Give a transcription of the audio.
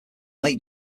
late